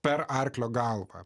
per arklio galvą